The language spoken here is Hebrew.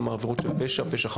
כלומר עבירות של פשע,